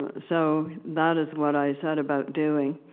so, that is what i set about doing.